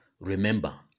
Remember